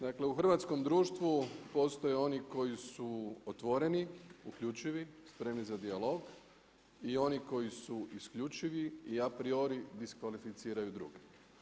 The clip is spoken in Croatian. Dakle, u hrvatskom društvu postoje oni koji su otvoreni, uključivi, spremni za dijalog i oni koji su isključivi i apriori, diskvalificiraju druge.